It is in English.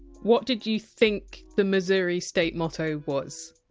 what did you think the missouri state motto was?